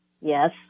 Yes